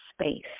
space